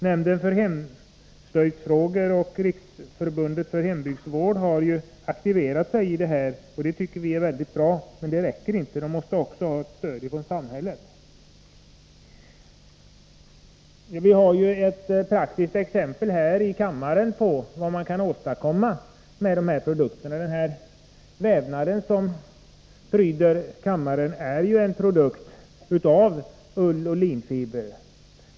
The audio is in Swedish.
Nämnden för hemslöjdsfrågor och Riksförbundet för hembygdsvård har aktiverat sig i frågan, och det tycker vi är väldigt bra. Men det räcker inte. Man måste också ha ett stöd från samhället. Vi har ett praktiskt exempel här i kammaren på vad man kan åstadkomma med de här produkterna. Den vävnad som pryder kammaren är en produkt av ull och linfibrer.